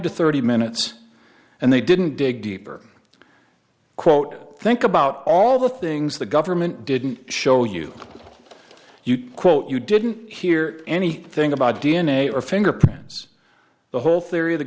to thirty minutes and they didn't dig deeper quote think about all the things the government didn't show you you quote you didn't hear anything about d n a or fingerprints the whole theory of the